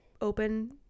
open